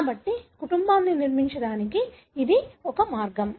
కాబట్టి కుటుంబాన్ని నిర్మించడానికి ఇది ఒక మార్గం